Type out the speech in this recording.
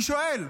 אני שואל,